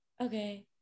Okay